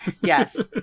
Yes